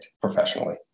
professionally